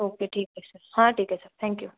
okay ठीक आहे sir हां ठीक आहे सं थँक्यू